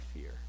fear